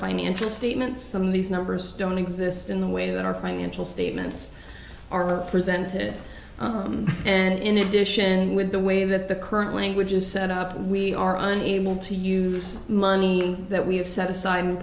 financial statements some of these numbers don't exist in the way that our financial statements are presented and in addition with the way that the current language is set up we are unable to use money that we have set aside